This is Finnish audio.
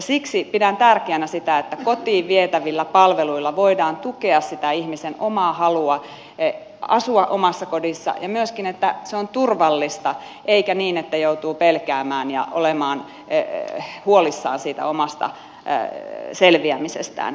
siksi pidän tärkeänä sitä että kotiin vietävillä palveluilla voidaan tukea sitä ihmisen omaa halua asua omassa kodissa ja myöskin sitä että se on turvallista eikä niin että joutuu pelkäämään ja olemaan huolissaan siitä omasta selviämisestään